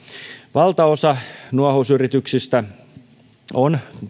valtaosa nuohousyrityksistä on